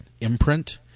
imprint